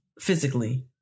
Physically